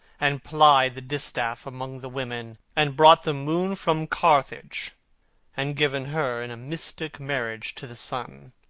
and plied the distaff among the women, and brought the moon from carthage and given her in mystic marriage to the sun.